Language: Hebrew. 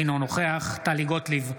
אינו נוכח טלי גוטליב,